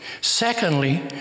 Secondly